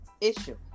issue